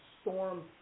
storm